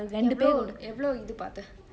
எவளோ எவளோ இது பாத்த:evalo evalo ithu paathe